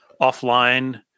offline